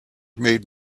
made